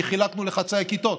כי חילקנו לחצאי כיתות,